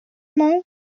mal